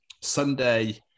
Sunday